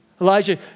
Elijah